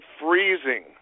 freezing